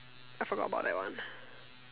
I forgot about that one